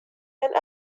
and